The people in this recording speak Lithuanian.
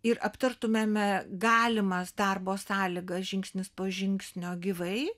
ir aptartumėme galimas darbo sąlygas žingsnis po žingsnio gyvai